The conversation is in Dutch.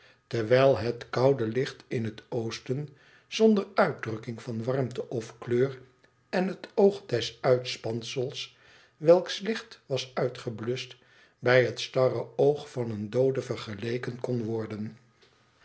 terwijl het koude licht in het oosten zonder uitdrukking van warmte of kleur en het oog des uitspansels welks licht was uitgebluscht bij het starre oog van een doode vergeleken kon worden